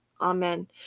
Amen